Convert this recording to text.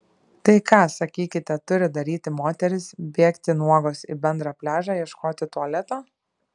tai ką sakykite turi daryti moterys bėgti nuogos į bendrą pliažą ieškoti tualeto